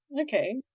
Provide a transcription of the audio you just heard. Okay